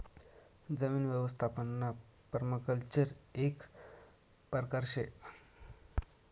जमीन यवस्थापनना पर्माकल्चर एक परकार शे